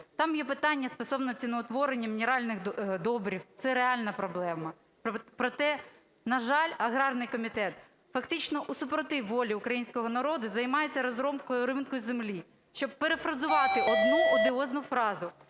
Там є питання стосовно ціноутворення мінеральних добрив. Це реальна проблема. Проте, на жаль, аграрний комітет фактично у супротив волі українського народу займається розробкою ринку землі, щоб перефразувати одну одіозну фразу,